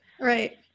Right